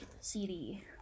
CD